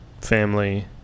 family